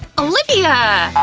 olivia! ah,